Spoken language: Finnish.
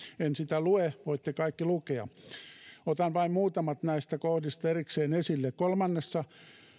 en sitä lue voitte kaikki lukea sen itse otan vain muutamat näistä kohdista erikseen esille kolmannessa